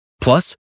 Plus